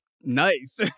nice